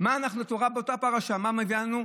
התורה באותה פרשה, מה מביאה לנו?